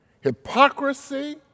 hypocrisy